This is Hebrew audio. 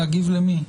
להגיב למי?